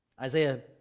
Isaiah